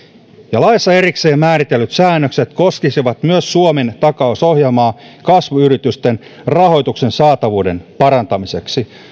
ja laissa erikseen määritellyt säännökset koskisivat myös suomen takausohjelmaa kasvuyritysten rahoituksen saatavuuden parantamiseksi